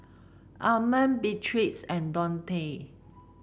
Armond Beatriz and Donte